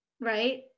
right